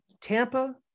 Tampa